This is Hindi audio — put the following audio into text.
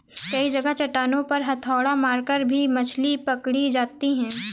कई जगह चट्टानों पर हथौड़ा मारकर भी मछली पकड़ी जाती है